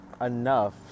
enough